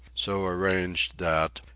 so arranged that,